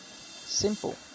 simple